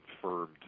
confirmed